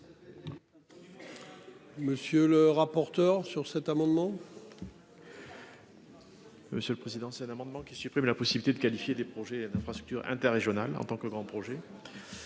Monsieur le rapporteur. Sur cet amendement. Monsieur le président. C'est un amendement qui supprime la possibilité de qualifier des projets d'infrastructures inter-régionales en tant que grand projet.